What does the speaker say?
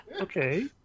Okay